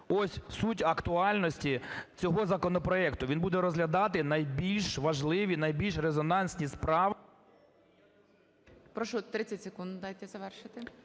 Ось суть актуальності цього законопроекту. Він буде розглядати найбільш важливі, найбільш резонансні справи… ГОЛОВУЮЧИЙ. Прошу 30 секунд, дайте завершити.